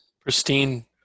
Pristine